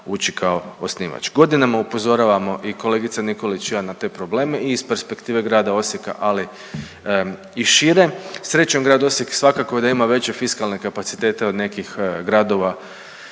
ući kao osnivač. Godinama upozoravamo i kolegica Nikolić i ja na te probleme i iz perspektive grada Osijeka ali i šire. Srećom grad Osijek svakako da ima veće fiskalne kapacitete od nekih gradova,